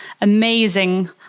amazing